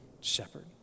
shepherd